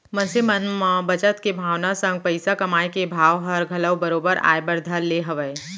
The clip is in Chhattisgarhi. मनसे मन म बचत के भावना संग पइसा कमाए के भाव हर घलौ बरोबर आय बर धर ले हवय